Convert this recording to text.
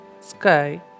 sky